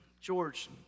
George